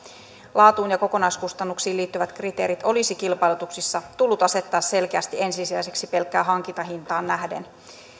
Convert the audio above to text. laatuun ja kokonaiskustannuksiin liittyvät kriteerit olisi kilpailutuksissa tullut asettaa selkeästi ensisijaisiksi pelkkään hankintahintaan nähden